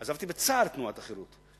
עזבתי בצער את תנועת החרות,